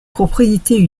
propriétés